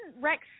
Rex